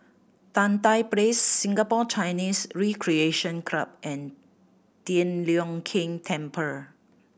Tan Tye Place Singapore Chinese Recreation Club and Tian Leong Keng Temple